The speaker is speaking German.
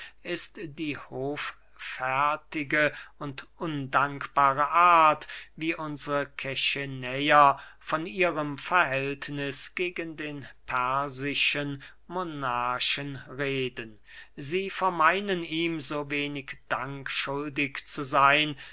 ist die hoffärtige und undankbare art wie unsre kechenäer von ihrem verhältniß gegen den persischen monarchen reden sie vermeinen ihm so wenig dank schuldig zu sein